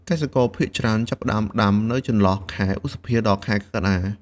កសិករភាគច្រើនចាប់ផ្ដើមដាំនៅចន្លោះខែ ឧសភា ដល់ ខែកក្កដា។